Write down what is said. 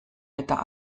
eta